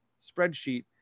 spreadsheet